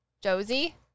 Josie